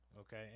okay